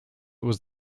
was